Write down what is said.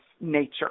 nature